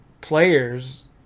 players